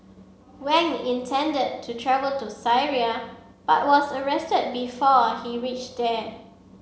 Wang intended to travel to Syria but was arrested before he reached there